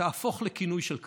תהפוך לכינוי של כבוד".